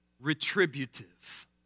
retributive